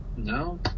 No